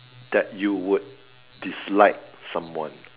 that you would dislike someone